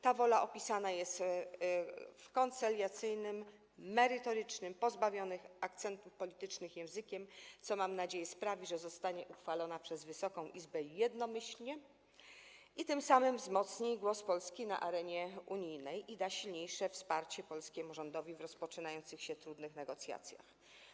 Ta wola opisana jest w koncyliacyjnym, merytorycznym, pozbawionym akcentów politycznych językiem, co, mam nadzieję, sprawi, że ta uchwała zostanie uchwalona przez Wysoką Izbę jednomyślnie i tym samym wzmocni głos Polski na arenie unijnej i da silniejsze wsparcie polskiemu rządowi w rozpoczynających się, trudnych negocjacjach.